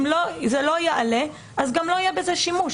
אם זה לא יעלה, אז גם לא יהיה בזה שימוש.